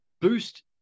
boost